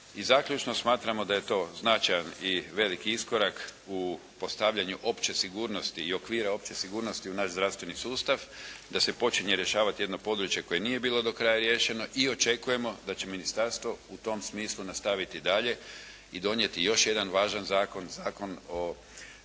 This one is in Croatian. zaključno smatramo da je to značajan i veliki iskorak u postavljanju opće sigurnosti i okvira opće sigurnosti u naš zdravstveni sustav, da se počne rješavati jedno područje koje nije bilo do kraja riješeno i očekujemo da će Ministarstvo u tom smislu nastaviti dalje i donijeti još jedan važan zakon, Zakon o